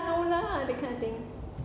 no lah that kind of thing